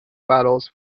battles